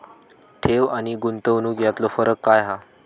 ठेव आनी गुंतवणूक यातलो फरक काय हा?